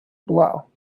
blow